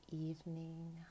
evening